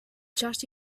church